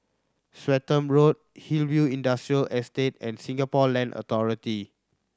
Swettenham Road Hillview Industrial Estate and Singapore Land Authority